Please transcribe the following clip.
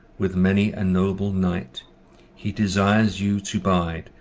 with many a noble knight he desires you to bide,